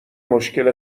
مشکل